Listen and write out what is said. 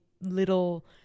little